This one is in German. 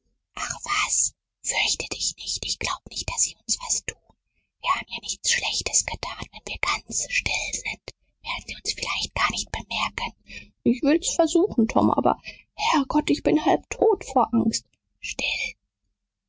ach was fürchte dich nicht ich glaub nicht daß sie uns was tun wir haben ja nichts schlechtes getan wenn wir ganz still sind werden sie uns vielleicht gar nicht bemerken ich will's versuchen tom aber herr gott ich bin halb tot vor angst still